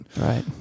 Right